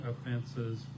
offenses